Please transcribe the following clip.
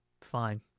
fine